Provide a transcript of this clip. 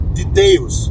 details